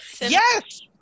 Yes